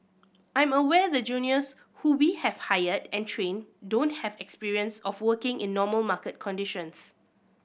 I'm aware the juniors who we have hired and trained don't have experience of working in normal market conditions